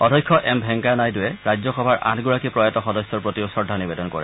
অধ্যক্ষ এম ভেংকায়া নাইডুৱে ৰাজ্যসভাৰ আঠগৰাকী প্ৰয়াত সদস্যৰ প্ৰতিও শ্ৰদ্ধা নিবেদন কৰে